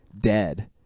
dead